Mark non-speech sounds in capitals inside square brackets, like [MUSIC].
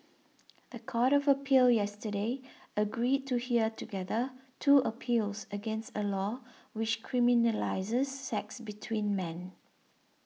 [NOISE] the Court of Appeal yesterday agreed to hear together two appeals against a law which criminalises sex between men